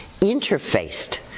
interfaced